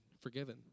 forgiven